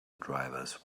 drivers